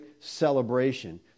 celebration